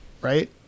right